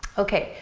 okay,